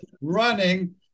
running